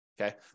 okay